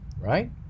right